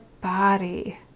body